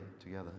together